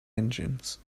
engines